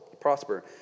prosper